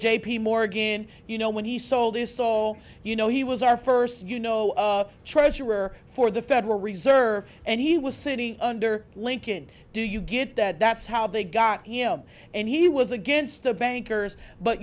j p morgan you know when he sold his soul you know he was our first you know treasurer for the federal reserve and he was sitting under lincoln do you get that that's how they got him and he was against the bankers but